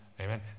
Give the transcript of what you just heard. Amen